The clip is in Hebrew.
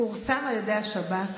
פורסם על ידי השב"כ